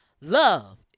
love